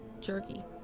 jerky